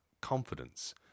confidence